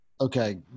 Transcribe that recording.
Okay